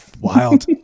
Wild